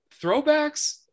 throwbacks